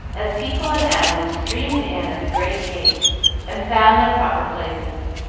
as people and animals streamed in at the great gate and found their proper places.